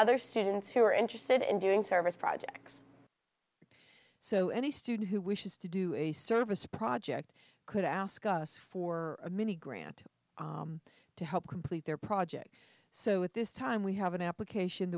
other students who are interested in doing service projects so any student who wishes to do a service project could ask us for a mini grant to help complete their project so at this time we have an application